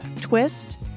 twist